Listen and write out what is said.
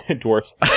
Dwarfs